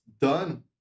done